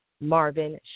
Marvin